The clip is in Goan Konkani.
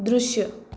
दृश्य